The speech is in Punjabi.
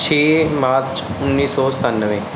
ਛੇ ਮਾਰਚ ਉੱਨੀ ਸੌ ਸਤਾਨਵੇਂ